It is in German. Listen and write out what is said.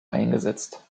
eingesetzt